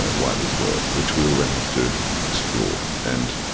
and whiteley's work, which we'll then have to explore. and